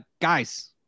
guys